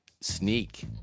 sneak